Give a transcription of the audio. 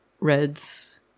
reds